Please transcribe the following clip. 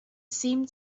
seemed